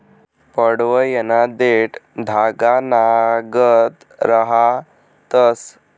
पडवयना देठं धागानागत रहातंस